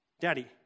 daddy